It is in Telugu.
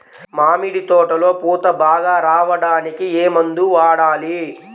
మామిడి తోటలో పూత బాగా రావడానికి ఏ మందు వాడాలి?